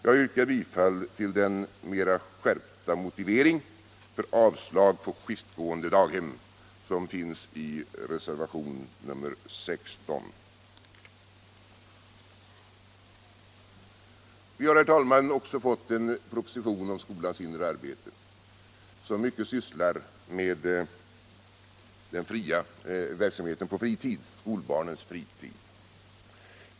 Jag yrkar bifall till den mer skärpta motivering för avslag på skiftgående daghem som finns i reservationen 16 Riksdagen har, herr talman, också fått en proposition om skolans inre arbete, som mycket sysslar med skolbarnens fritidsverksamhet.